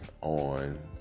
on